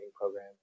program